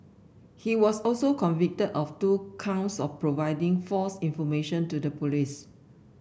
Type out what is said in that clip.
he was also convicted of two counts of providing false information to the police